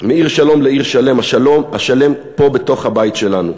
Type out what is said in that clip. מעיר שלום לעיר שלם, השלם פה, בתוך הבית שלנו,